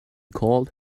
called